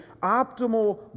optimal